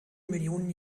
millionen